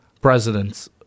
presidents